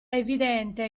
evidente